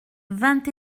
vingt